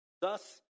Thus